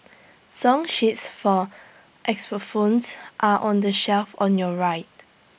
song sheets for xylophones are on the shelf on your right